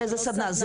באיזה סדנא,